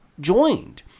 joined